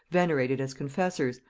venerated as confessors,